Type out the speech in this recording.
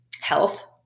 health